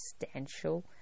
substantial